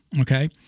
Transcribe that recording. okay